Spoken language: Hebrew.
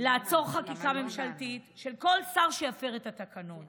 לעצור חקיקה ממשלתית של כל שר שיפר את התקנון